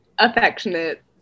affectionate